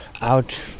out